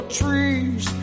trees